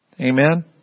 Amen